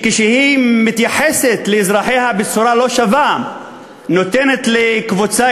כשהיא מתייחסת לאזרחיה בצורה לא שווה ונותנת לקבוצה